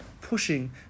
pushing